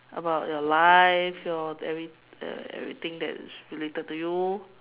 about your life your every uh everything that is related to you